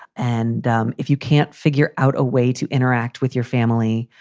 and um if you can't figure out a way to interact. with your family,